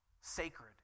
sacred